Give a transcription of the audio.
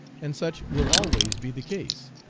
and such will always be the case,